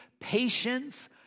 patience